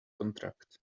contract